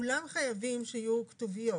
כולם חייבים שיהיו כתוביות.